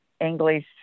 English